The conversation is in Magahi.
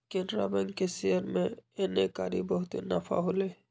केनरा बैंक के शेयर में एन्नेकारी बहुते नफा होलई